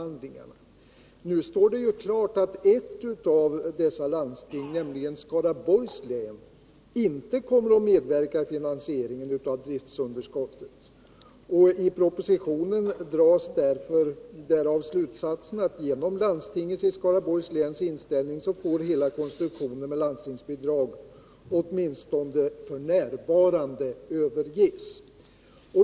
Nu står det klart att Skaraborgs läns landsting inte kommer att medverka till finansieringen av driftunderskottet. I propositionen dras därav slutsatsen att hela konstruktionen med landstingsbidrag åtminstone f. n. måste överges.